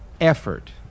effort